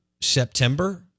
September